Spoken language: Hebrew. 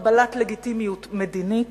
קבלת לגיטימיות מדינית,